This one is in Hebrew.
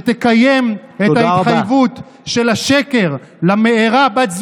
שתקיים את ההתחייבות, תודה רבה.